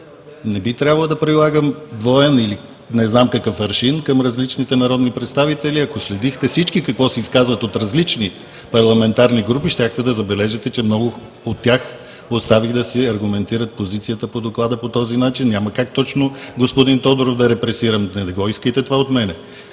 Не би трябвало да прилагам двоен аршин, към различните народни представители. Ако следихте всички какво се изказват от различни парламентарни групи, щяхте да забележите, че много от тях оставих да си аргументират позицията по Доклада по този начин. Няма как точно господин Тодоров да репресирам. Не искайте това от мен.